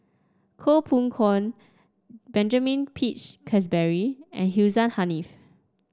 Koh Poh Koon Benjamin Peach Keasberry and Hussein Haniff